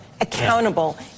accountable